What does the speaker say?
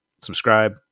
subscribe